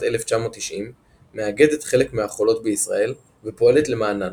1990 מאגדת חלק מהחולות בישראל ופועלת למענן.